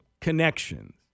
connections